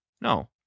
no